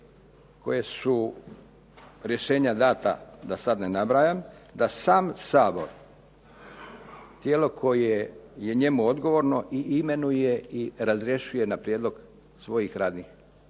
koja su rješenja data da sada ne nabrajam, da sam Sabor tijelo koje je njemu odgovorno i imenuje i razrješuje na prijedlog svojih radnih